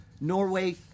Norway